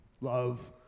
Love